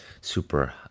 super